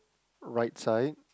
right side